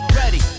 ready